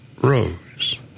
Rose